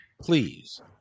please